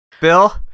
Bill